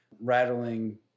rattling